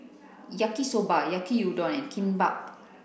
Yaki Soba Yaki Uon and Kimbap